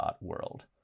World